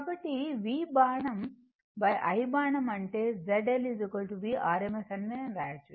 కాబట్టి V బాణం I బాణం అంటే ZL V rms అని నేను రాయచ్చు